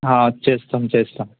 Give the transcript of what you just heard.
చేస్తాం చేస్తాం